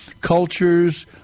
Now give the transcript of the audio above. cultures